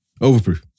Overproof